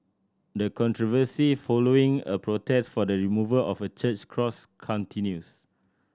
the controversy following a protest for the removal of a church's cross continues